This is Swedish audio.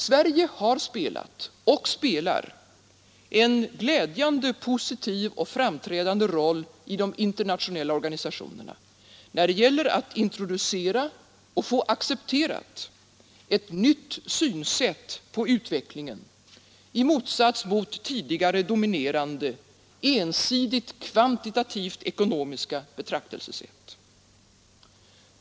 Sverige har spelat och spelar en glädjande positiv och framträdande roll i de internationella organisationerna när det gäller att introducera och få accepterat ett nytt synsätt på utvecklingen i motsats till tidigare dominerande, ensidigt kvantitativt ekonomiska betraktelsesätt.